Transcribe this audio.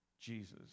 Jesus